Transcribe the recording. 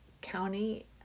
County